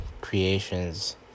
creations